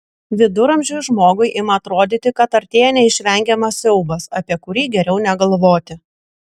viduramžiui žmogui ima atrodyti kad artėja neišvengiamas siaubas apie kurį geriau negalvoti